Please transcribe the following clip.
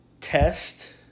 test